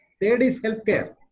third is healthcare!